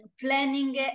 planning